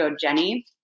Jenny